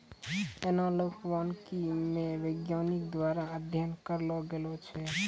एनालाँक वानिकी मे वैज्ञानिक द्वारा अध्ययन करलो गेलो छै